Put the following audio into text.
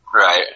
Right